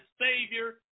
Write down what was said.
Savior